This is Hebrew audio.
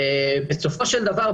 בסופו של דבר,